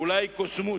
אולי קוסמות,